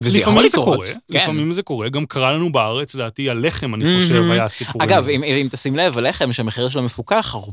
וזה יכול לקרות. לפעמים זה קורה, לפעמים זה קורה, גם קרה לנו בארץ להטיע לחם, אני חושב, היה סיפורים. אגב, אם תשים לב, הלחם שהמחיר שלו מפוקח הרבה.